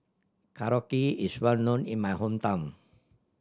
korokke is well known in my hometown